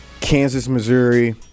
Kansas-Missouri –